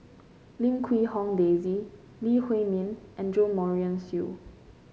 Lim Quee Hong Daisy Lee Huei Min and Jo Marion Seow